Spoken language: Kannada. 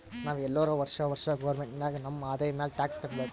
ನಾವ್ ಎಲ್ಲೋರು ವರ್ಷಾ ವರ್ಷಾ ಗೌರ್ಮೆಂಟ್ಗ ನಮ್ ಆದಾಯ ಮ್ಯಾಲ ಟ್ಯಾಕ್ಸ್ ಕಟ್ಟಬೇಕ್